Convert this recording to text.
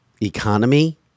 economy